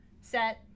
set